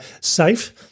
safe